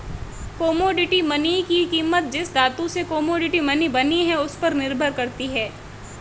commodity money की कीमत जिस धातु से कोमोडिटी मनी बनी है उस पर निर्भर करती है